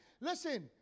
Listen